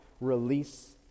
release